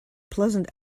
pleasant